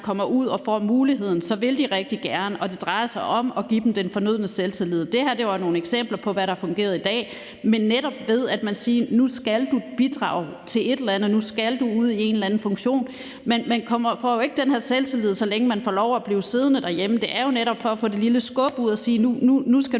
kommer ud og får muligheden, vil de rigtig gerne. Det drejer sig om at give dem den fornødne selvtillid. Det her var nogle eksempler på, hvad der fungerer i dag. Men det virker netop ved, at man siger: Nu skal du bidrage til et eller andet; nu skal du ud i en eller anden funktion. Man får jo ikke den her selvtillid, så længe man får lov at blive siddende derhjemme. Det er jo netop for at få det lille skub ud og sige: Nu skal du